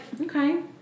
Okay